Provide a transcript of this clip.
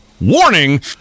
Warning